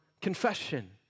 confession